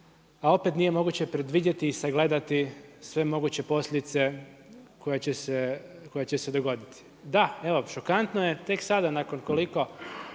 a opet nije moguće predvidjeti i sagledati sve moguće posljedice koje će se dogoditi. Da, evo šokantno je, tek sada nakon koliko